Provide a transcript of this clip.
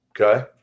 Okay